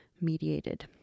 mediated